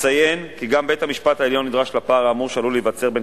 אציין כי גם בית-המשפט העליון נדרש לפער האמור שעלול להיווצר בין